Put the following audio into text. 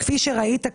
כפי שראית,